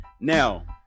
Now